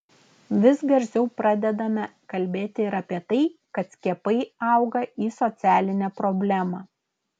vis garsiau pradedame kalbėti ir apie tai kad skiepai auga į socialinę problemą